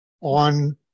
on